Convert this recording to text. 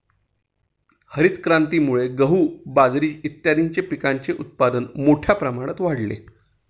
हरितक्रांतीमुळे गहू, बाजरी इत्यादीं पिकांचे उत्पादन मोठ्या प्रमाणात वाढले